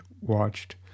watched